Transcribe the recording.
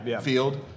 field